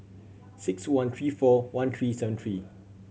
six one three four one three seven three